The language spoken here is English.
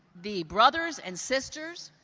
the brothers and sisters,